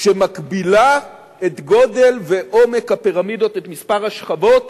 שמגבילה את גודל ועומק הפירמידות, את מספר השכבות